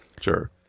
Sure